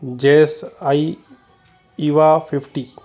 jess I eva fifty